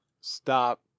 stop